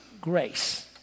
Grace